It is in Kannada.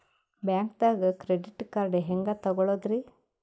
ಬ್ಯಾಂಕ್ದಾಗ ಕ್ರೆಡಿಟ್ ಕಾರ್ಡ್ ಹೆಂಗ್ ತಗೊಳದ್ರಿ?